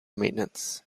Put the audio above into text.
maintenance